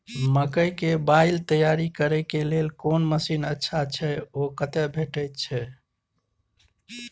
मकई के बाईल तैयारी करे के लेल कोन मसीन अच्छा छै ओ कतय भेटय छै